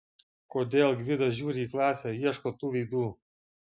kodėl gvidas žiūri į klasę ieško tų veidų